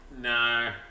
No